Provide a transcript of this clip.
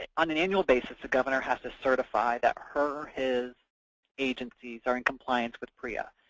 and on an annual basis, the governor has to certify that her or his agencies are in compliance with prea.